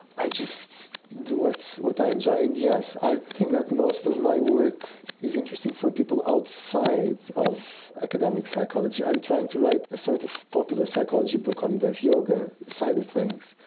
i just do what i enjoy, and yes, i think that most of my work is interesting for people outside of academic psychology. i'm trying to write a sort of popular psychology book on the yoga side of things.